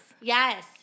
Yes